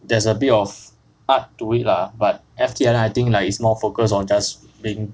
there's a bit of art to it lah but F_T island I think like it's more focus on just being